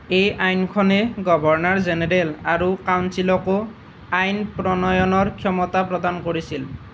এই আইনখনে governor general আৰু কাউন্সিলকো আইন প্ৰণয়নৰ ক্ষমতা প্ৰদান কৰিছিল